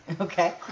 okay